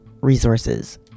resources